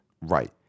right